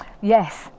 Yes